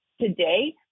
Today